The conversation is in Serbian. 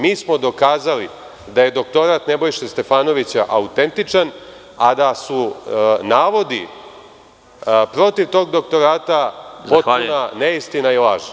Mi smo dokazali da je doktorat Nebojše Stefanovića autentičan, a da su navodi protiv tog doktorata potpuna neistina i laž.